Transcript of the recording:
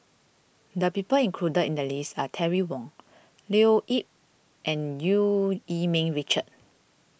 the people included in the list are Terry Wong Leo Yip and Eu Yee Ming Richard